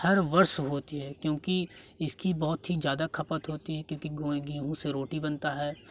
हर वर्ष होती है क्योंकि इसकी बहुत ही ज्यादा खपत होती है क्योंकि गोई गेंहूँ से रोटी बनता है